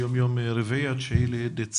היום יום רביעי, ה-9 בדצמבר,